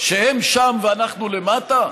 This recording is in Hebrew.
שהם שם ואנחנו למטה?